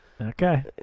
Okay